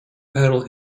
battle